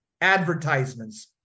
Advertisements